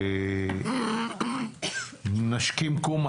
נשכים קום.